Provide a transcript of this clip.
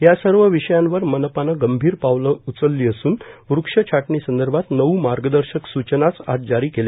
या सव र्विषयांवर मनपानं गंभीर पावलं उचललां असून वृक्ष छाटणीसंदभात नऊ मागदशक सूचनाच जारां केल्या